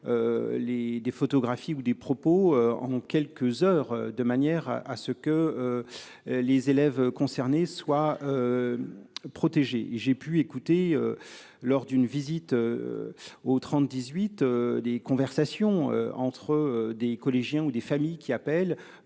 des photographies ou des propos en quelques heures, de manière à ce que. Les élèves concernés soient. Protégés. J'ai pu écouter. Lors d'une visite. Au 30 18. Des conversations entre eux des collégiens ou des familles qui appelle